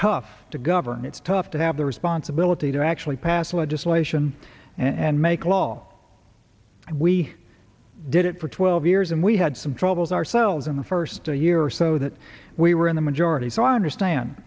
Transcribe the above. tough to govern it's tough to have the responsibility to actually pass legislation and make law and we did it for twelve years and we had some troubles ourselves in the first a year or so that we were in the majority so i understand